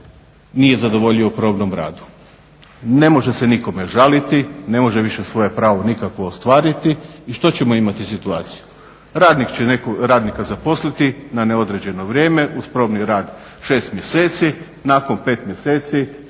nije zadovoljio u probnom radu. Ne može se nikome žaliti, ne može više svoje pravo nikakvo ostvariti. I što ćemo imati situaciju? Poslodavac će nekog radnika zaposliti na neodređeno vrijeme uz probni rad 6 mjeseci, nakon 5 mjeseci